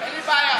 אין לי בעיה.